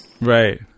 Right